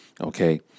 Okay